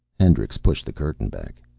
hendricks pushed the curtain back.